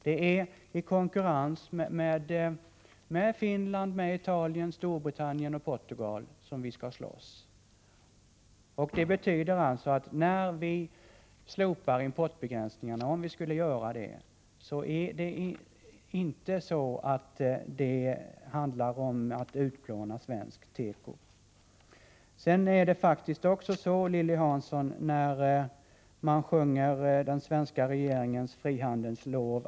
Det är i konkurrens med Finland, Italien, Storbritannien och Portugal vi skall slåss, och det betyder att om vi slopar importbegränsningarna handlar det inte om att utplåna svensk tekoindustri. Lilly Hansson sjunger sitt lov till den svenska regeringens frihandel.